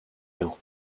eeuw